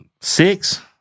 Six